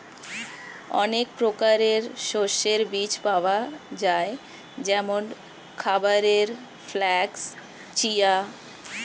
অনেক প্রকারের শস্যের বীজ পাওয়া যায় যেমন খাবারের ফ্লাক্স, চিয়া